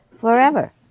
forever